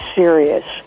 serious